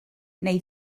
neu